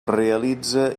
realitza